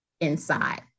inside